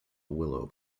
willow